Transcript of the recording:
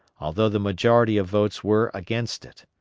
although the majority of votes were against it.